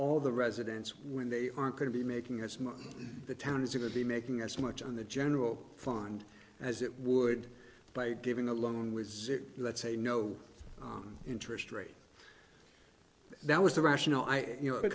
all the residents when they aren't going to be making as much the town is going to be making as much on the general fund as it would by giving a loan was it let's say no on interest rate that was the rational i you know